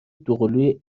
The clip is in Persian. دوقلوی